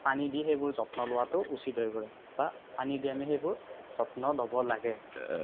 পানী দি সেইবোৰ যত্ন লোৱাটো উচিত হৈ পৰে বা পানী দি আমি সেইবোৰ যত্ন ল'ব লাগে